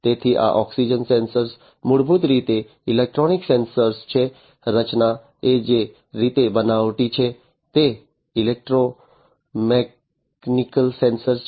તેથી આ oxygen sensor મૂળભૂત રીતે ઇલેક્ટ્રોકેમિકલ સેન્સર છે રચના એ જે રીતે બનાવટી છે તે ઇલેક્ટ્રોકેમિકલ સેન્સર છે